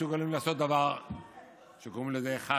שמסוגלים לעשות דבר שקוראים לזה אחד